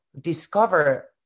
discover